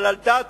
אבל על דעת,